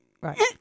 Right